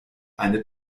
eine